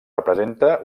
representa